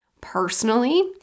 Personally